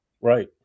right